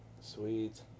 Sweet